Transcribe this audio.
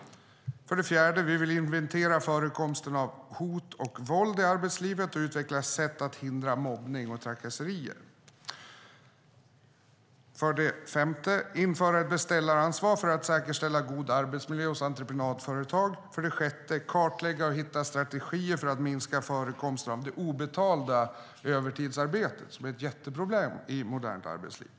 För det fjärde vill vi inventera förekomsten av hot och våld i arbetslivet och utveckla sätt att hindra mobbning och trakasserier. För det femte vill vi införa ett beställaransvar för att säkerställa god arbetsmiljö hos entreprenadföretag. För det sjätte vill vi kartlägga och hitta strategier för att minska förekomsten av det obetalda övertidsarbetet, som är ett jätteproblem i modernt arbetsliv.